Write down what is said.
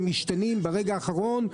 ברגע האחרון.